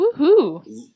Woohoo